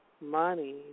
money